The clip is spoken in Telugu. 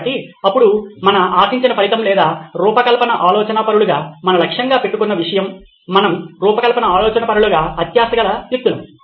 కాబట్టి ఇప్పుడు మన ఆశించిన ఫలితం లేదా రూపకల్పన ఆలోచనాపరులుగా మనం లక్ష్యంగా పెట్టుకున్న విషయం మనం రూపకల్పన ఆలోచనాపరులుగా అత్యాశగల వ్యక్తులము